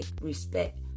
respect